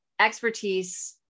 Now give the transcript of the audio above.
expertise